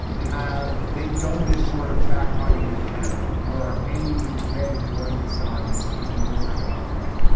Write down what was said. have they done this sort of fact-finding in canada? were any red warning signs ignored up there?